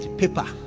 paper